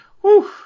Whew